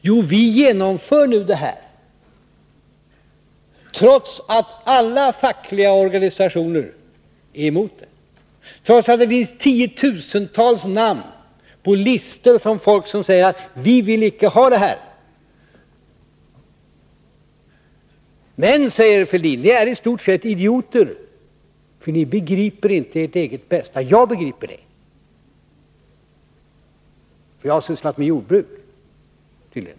Jo: Vi genomför nu det här trots att alla fackliga organisationer är emot det och trots att det finns tiotusentals namn på listor från folk som säger att de icke vill ha detta. Men, säger Thorbjörn Fälldin, ni är i stort sett idioter, för ni begriper inte ert eget bästa. Jag begriper, tillägger han, för jag har sysslat med jordbruk.